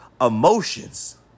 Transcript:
emotions